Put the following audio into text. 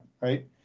right